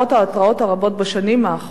למרות ההתרעות הרבות בשנים האחרונות,